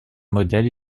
modèle